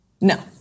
No